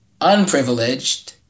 unprivileged